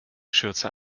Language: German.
schürze